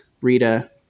Rita